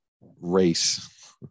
race